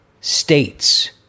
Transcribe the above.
states